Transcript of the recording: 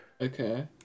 Okay